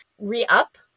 re-up